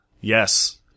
Yes